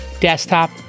desktop